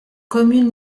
communes